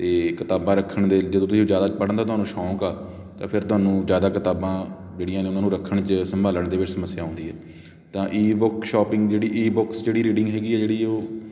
ਅਤੇ ਕਿਤਾਬਾਂ ਰੱਖਣ ਦੇ ਜਦੋਂ ਤੁਸੀਂ ਜ਼ਿਆਦਾ ਪੜ੍ਹਨ ਦਾ ਤੁਹਾਨੂੰ ਸ਼ੌਂਕ ਆ ਤਾਂ ਫਿਰ ਤੁਹਾਨੂੰ ਜ਼ਿਆਦਾ ਕਿਤਾਬਾਂ ਜਿਹੜੀਆਂ ਨੇ ਉਹਨਾਂ ਨੂੰ ਰੱਖਣ 'ਚ ਸੰਭਾਲਣ ਦੇ ਵਿੱਚ ਸਮੱਸਿਆ ਆਉਂਦੀ ਹੈ ਤਾਂ ਈਬੁੱਕ ਸ਼ੋਪਿੰਗ ਜਿਹੜੀ ਈਬੁੱਕਸ ਜਿਹੜੀ ਰੀਡਿੰਗ ਹੈਗੀ ਆ ਜਿਹੜੀ ਉਹ